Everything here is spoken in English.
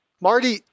Marty